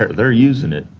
they're using it,